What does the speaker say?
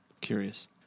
Curious